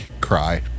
cry